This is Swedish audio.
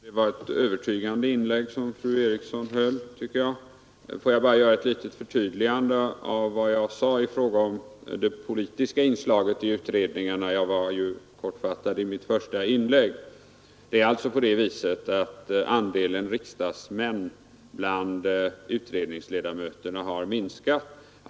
Herr talman! Det var ett övertygande inlägg som fru Eriksson i väsendet Stockholm gjorde, tycker jag. Får jag bara göra ett litet förtydligande av vad jag sade i fråga om det politiska inslaget i utredningarna; jag var ju kortfattad i mitt första anförande. Det är alltså på det viset att andelen riksdagsmän bland utredningsledamöterna har minskat.